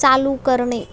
चालू करणे